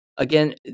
again